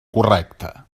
correcta